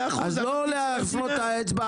אז לא להפנות את האצבע